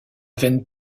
veine